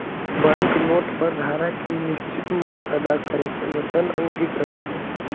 bank note पर धारक के निश्चित मूल्य अदा करे के वचन अंकित रहऽ हई